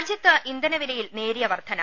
രാജ്യത്ത് ഇന്ധനവിലയിൽ നേരിയ വർധന